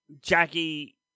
Jackie